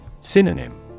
Synonym